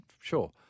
sure